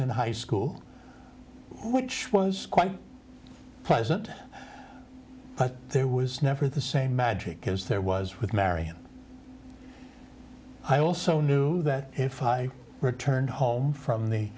in high school which was quite pleasant but there was never the same magic because there was with mary and i also knew that if i returned home from the